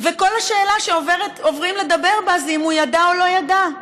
כל השאלה שעוברים לדבר בה זה אם הוא ידע או לא ידע.